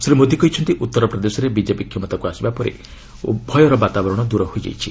ଶ୍ରୀ ମୋଦି କହିଛନ୍ତି ଉତ୍ତରପ୍ରଦେଶରେ ବିଜେପି କ୍ଷମତାକୁ ଆସିବା ପରେ ଭୟର ବାତାବରଣ ଦୂର ହୋଇଯାଇଛି